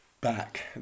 back